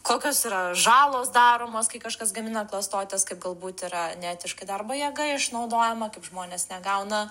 kokios yra žalos daromos kai kažkas gamina klastotes kaip galbūt yra neetiška darbo jėga išnaudojama kaip žmonės negauna